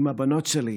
עם הבנות שלי,